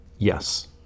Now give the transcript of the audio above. Yes